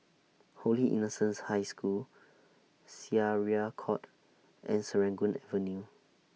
Holy Innocents' High School Syariah Court and Serangoon Avenue